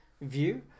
view